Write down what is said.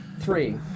Three